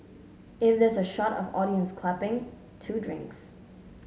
if there's a shot of audience clapping two drinks